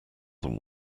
than